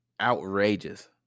outrageous